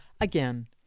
Again